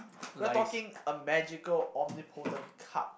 we are talking a magical omnipotent cup